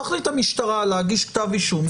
תחליט המשטרה להגיש כתב אישום,